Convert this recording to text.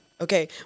okay